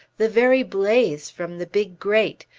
the very blaze from the big grate,